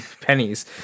pennies